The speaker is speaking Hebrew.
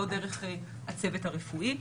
לא דרך הצוות הרפואי.